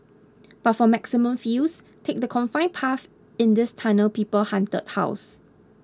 but for maximum feels take the confined path in this Tunnel People Haunted House